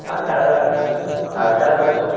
अच्छा तऽ अच्छा तऽ सु